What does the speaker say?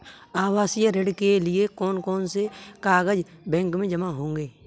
आवासीय ऋण के लिए कौन कौन से कागज बैंक में जमा होंगे?